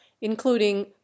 including